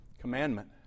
commandment